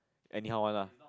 anyhow one lah